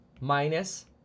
minus